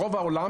ברוב העולם,